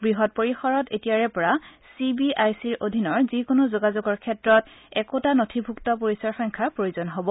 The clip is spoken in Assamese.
বৃহৎ পৰিসৰত এতিয়াৰে পৰা চিবিআইচিৰ অধীনৰ যিকোনো যোগাযোগৰ ক্ষেত্ৰত একোটা নথিভুক্ত পৰিচয় সংখ্যাৰ প্ৰয়োজন হব